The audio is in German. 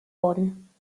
wurden